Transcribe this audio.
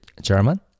German